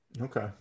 Okay